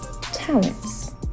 talents